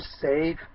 save